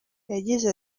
yagize